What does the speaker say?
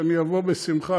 שאני אבוא בשמחה,